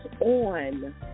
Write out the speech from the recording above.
on